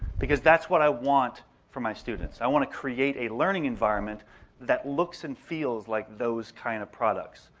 because that's what i want for my students. i want to create a learning environment that looks and feels like those kind of products.